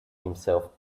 himself